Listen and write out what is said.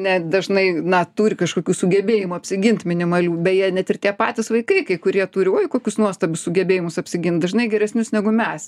ne dažnai na turi kažkokių sugebėjimų apsigint minimalių beje net ir tie patys vaikai kai kurie turi uoi kokius nuostabius sugebėjimus apsigint dažnai geresnius negu mes